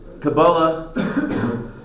Kabbalah